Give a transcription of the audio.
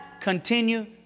continue